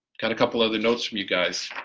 kind of couple other notes from you guys.